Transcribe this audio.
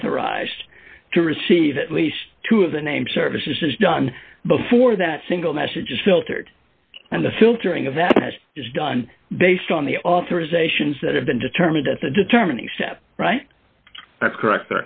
authorized to receive at least two of the name services is done before that single message is filtered and the filtering of that is done based on the authorizations that have been determined as a determination right that's correct